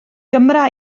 gymra